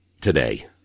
today